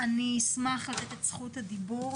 אשמח לתת את זכות הדיבור